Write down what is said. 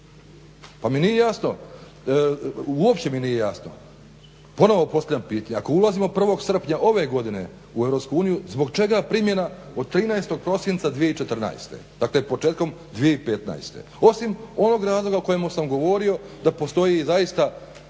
Pa mi nije jasno, uopće mi nije jasno, ponovno postavljam pitanje ako ulazimo 1. srpnja ove godine u EU zbog čega primjena od 13. prosinca 2014., dakle početkom 2015.? Osim onog razloga o kojemu sam govorio da postoji i zaista